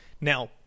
now